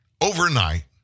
overnight